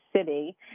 City